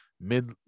mid